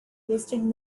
wasted